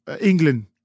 England